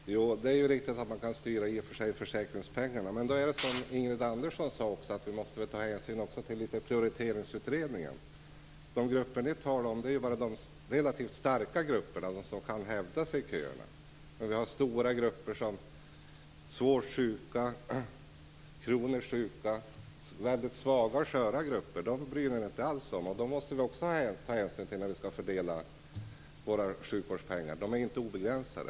Fru talman! Det är i och för sig riktigt att man kan styra försäkringspengarna. Men då måste vi, som också Ingrid Andersson sade, ta hänsyn till Prioriteringsutredningen. De grupper som ni talar om är de relativt starka grupperna, de som kan hävda sig i köerna. Men det finns stora grupper som svårt sjuka, kroniskt sjuka - väldigt svaga och sköra grupper. Dem bryr ni er inte alls om. Dem måste vi också ta hänsyn till när vi skall fördela sjukvårdspengarna, och de är inte obegränsade.